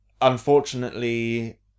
Unfortunately